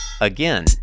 again